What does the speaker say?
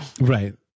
right